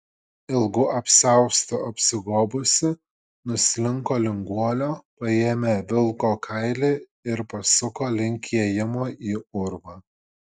ilgu apsiaustu apsigobusi nuslinko link guolio paėmė vilko kailį ir pasuko link įėjimo į urvą